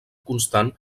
constant